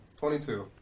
22